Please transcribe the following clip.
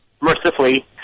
Mercifully